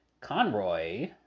Conroy